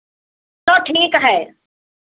तो ठीक है